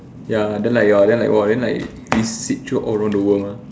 ya then like your then like !wah! then like it seep through all around the world ah